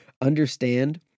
understand